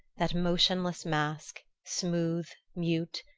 that motionless mask, smooth, mute,